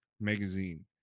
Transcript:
magazine